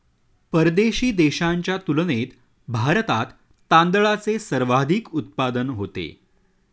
परदेशी देशांच्या तुलनेत भारतात तांदळाचे सर्वाधिक उत्पादन होते